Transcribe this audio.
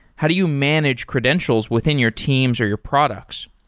how do you manage credentials within your teams, or your products?